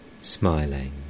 smiling